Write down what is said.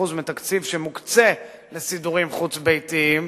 מתקציב שמוקצה לסידורים חוץ-ביתיים,